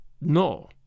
No